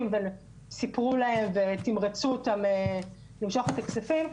וסיפרו להם ותימרצו אותם למשוך את הכספים,